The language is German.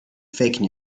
fake